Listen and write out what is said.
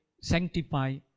sanctify